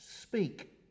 speak